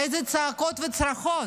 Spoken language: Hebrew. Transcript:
איזה צעקות וצרחות.